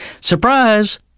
surprise